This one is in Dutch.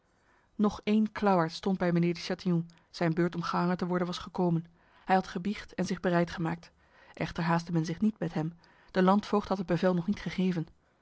nog een klauwaard stond bij mijnheer de chatillon zijn beurt om gehangen te worden was gekomen hij had gebiecht en zich bereid gemaakt echter haastte men zich niet met hem de landvoogd had het bevel nog niet gegeven